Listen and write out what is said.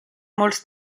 molts